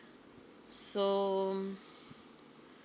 so um